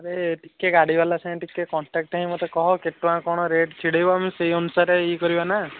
ଆରେ ଟିକିଏ ଗାଡ଼ିବାଲା ସାଙ୍ଗେ ଟିକିଏ କଣ୍ଟାକ୍ଟ୍ ହେଇକି ମୋତେ କହ କେତେ ଟଙ୍କା କ'ଣ ରେଟ୍ ଛିଡ଼େଇବ ଆମେ ସେହି ଅନୁସାରେ ଇଏ କରିବା ନା